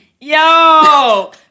Yo